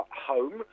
home